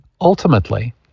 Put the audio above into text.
Ultimately